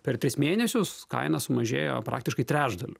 per tris mėnesius kaina sumažėjo praktiškai trečdaliu